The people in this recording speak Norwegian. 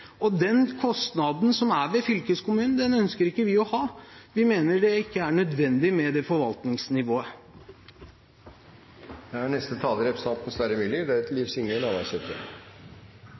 og den fungerer hovedsakelig for å lønne politikere. Den kostnaden som er med fylkeskommunen, ønsker ikke vi å ha. Vi mener det ikke er nødvendig med det forvaltningsnivået.